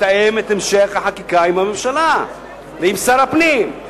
לתאם את המשך החקיקה עם הממשלה ועם שר הפנים.